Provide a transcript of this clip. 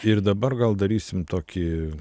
ir dabar gal darysim tokį